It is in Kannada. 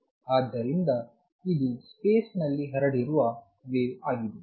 ಆದ್ದರಿಂದ ಇದು ಸ್ಪೇಸ್ ನಲ್ಲಿ ಹರಡಿರುವ ವೇವ್ ವಾಗಿದೆ